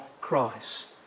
Christ